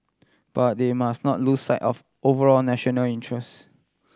but they must not lose sight of overall national interest